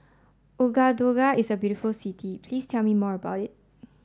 Ouagadougou is a very beautiful city Please tell me more about it